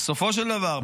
בסופו של דבר,